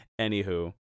Anywho